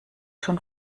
schon